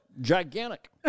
gigantic